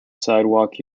sidewalk